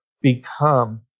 become